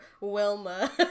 Wilma